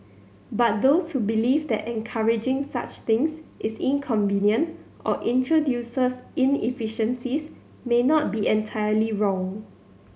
but those who believe that encouraging such things is inconvenient or introduces inefficiencies may not be entirely wrong